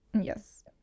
Yes